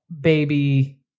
baby